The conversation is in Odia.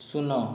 ଶୂନ